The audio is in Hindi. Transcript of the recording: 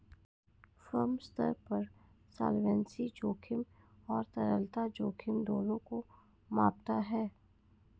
फर्म स्तर पर सॉल्वेंसी जोखिम और तरलता जोखिम दोनों को मापता है